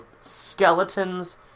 skeletons